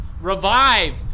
Revive